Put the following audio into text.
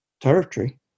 territory